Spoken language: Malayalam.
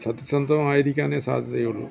സത്യസന്ധമായിരിക്കാനേ സാധ്യതയുള്ളൂ